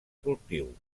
cultiu